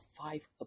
five